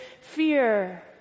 fear